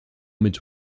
mit